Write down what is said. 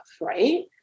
right